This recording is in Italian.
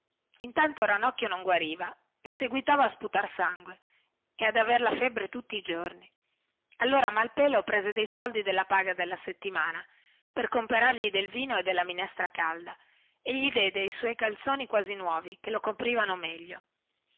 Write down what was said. intanto ranocchio non guariva e seguitava a sputar sangue e ad aver la febbre tutti i giorni allora malpelo rubò dei soldi della paga della settimana per comperargli del vino e della minestra calda e gli diede i suoi calzoni quasi nuovi che lo coprivano meglio